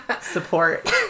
support